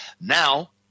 now